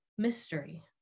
mystery